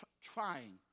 trying